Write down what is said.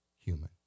human